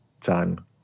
time